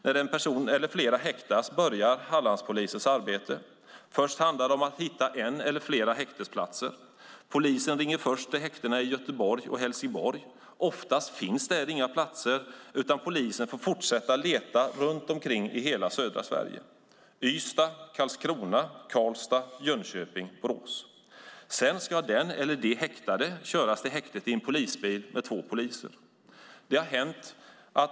När en person eller fler häktas börjar Hallandspolisens arbete. Först handlar det om att hitta en eller flera häktesplatser. Polisen ringer först till häktena i Göteborg och Helsingborg. Oftast finns där inga platser, utan polisen får fortsätta leta runt omkring i hela södra Sverige - i Ystad, Karlskrona, Karlstad, Jönköping och Borås. Sedan ska den eller de häktade köras till häktet i en polisbil med två poliser.